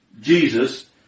Jesus